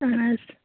اَہَن حظ